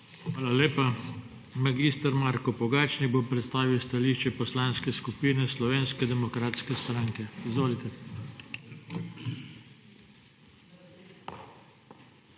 Hvala lepa. Mag. Marko Pogačnik bo predstavil stališče Poslanske skupine Slovenske demokratske stranke. Izvolite.